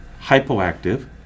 hypoactive